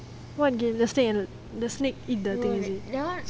what game the snake and the snake eats the thing is it